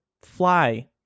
fly